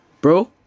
Bro